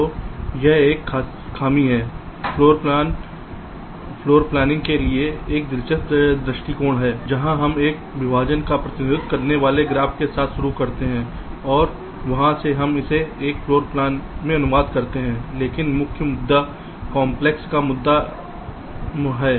तो यह एक खामी है फ्लोर प्लानिंग के लिए एक दिलचस्प दृष्टिकोण है जहां हम एक विभाजन का प्रतिनिधित्व करने वाले ग्राफ के साथ शुरू करते हैं और वहां से हम इसे एक फ्लोर प्लान में अनुवाद करते हैं लेकिन मुख्य मुद्दा कॉम्प्लेक्स ट्रायंगल का मुद्दा है